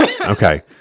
Okay